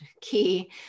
key